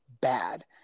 bad